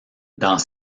dans